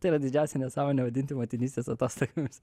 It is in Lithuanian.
tai yra didžiausia nesąmonė vadinti motinystės atostogomis